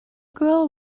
girl